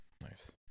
Nice